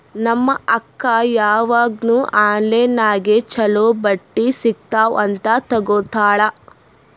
ನಮ್ ಅಕ್ಕಾ ಯಾವಾಗ್ನೂ ಆನ್ಲೈನ್ ನಾಗೆ ಛಲೋ ಬಟ್ಟಿ ಸಿಗ್ತಾವ್ ಅಂತ್ ತಗೋತ್ತಾಳ್